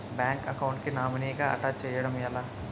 Bank account కి nominee గా attach చేయడం ఎలా?